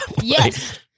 Yes